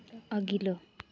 अघिल्लो